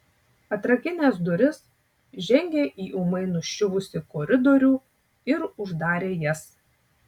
atrakinęs duris žengė į ūmai nuščiuvusį koridorių ir uždarė jas